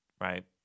right